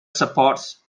supports